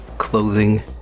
clothing